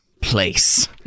place